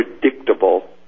predictable